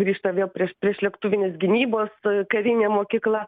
grįžta vėl prie priešlėktuvinės gynybos karinė mokykla